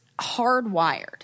hardwired